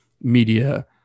media